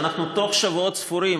אנחנו בתוך שבועות ספורים,